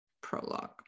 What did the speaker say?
prologue